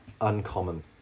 uncommon